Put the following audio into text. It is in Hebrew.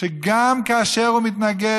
שגם כאשר הוא מתנגד,